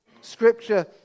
Scripture